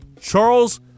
Charles